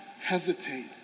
hesitate